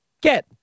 get